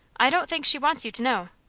i don't think she wants you to know.